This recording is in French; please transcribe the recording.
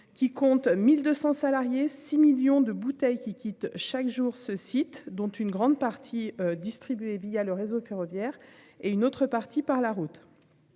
Qui compte 1200 salariés, 6 millions de bouteilles qui quittent chaque jour ce site dont une grande partie. Via le réseau ferroviaire et une autre partie, par la route.